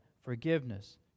forgiveness